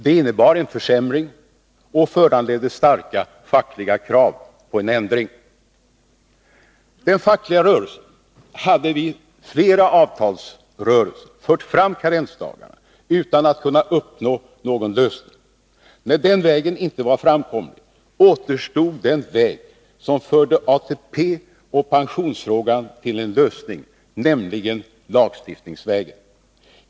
Det innebar en försämring och föranledde starka fackliga krav på en ändring. Den fackliga rörelsen hade vid flera avtalsrörelser fört fram karensdagarna utan att kunna uppnå någon lösning. När den vägen inte var framkomlig återstod den väg som förde ATP och pensionsfrågan till en lösning, nämligen lagstiftningsvägen.